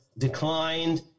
declined